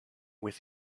with